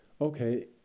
okay